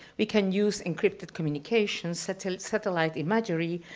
we can use encrypted communications, satellite satellite imagery,